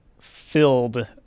filled